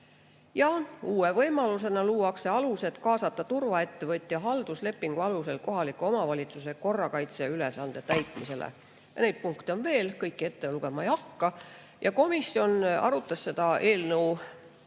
Uue võimalusena luuakse alused, kaasamaks turvaettevõtja halduslepingu alusel kohaliku omavalitsuse korrakaitseülesannete täitmisele. Neid punkte on veel, kõiki ette lugema ei hakka. Komisjon arutas seda eelnõu,